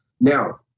now